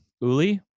Uli